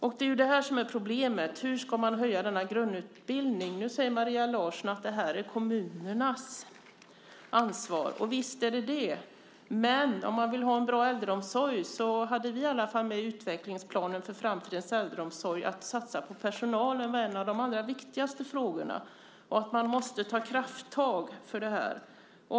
Problemet är hur man ska höja denna grundutbildning. Nu säger Maria Larsson att detta är kommunernas ansvar. Och visst är det det. Om man vill ha en bra äldreomsorg så hade vi i alla fall med i utvecklingsplanen för framtidens äldreomsorg att man skulle satsa på personalen. Det var en av de allra viktigaste frågorna. Då måste man ta krafttag.